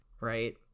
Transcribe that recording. right